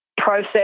process